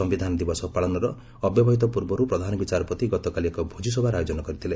ସମ୍ଭିଧାନ ଦିବସ ପାଳନର ଅବ୍ୟବହିତ ପୂର୍ବରୁ ପ୍ରଧାନ ବିଚାରପତି ଗତକାଲି ଏକ ଭୋଜିସଭାର ଆୟୋଜନ କରିଥିଲେ